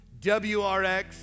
WRX